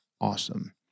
awesome